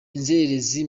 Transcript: inzererezi